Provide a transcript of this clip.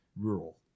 Rural